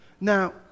Now